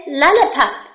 lollipop